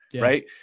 right